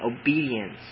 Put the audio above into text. obedience